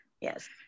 Yes